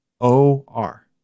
O-R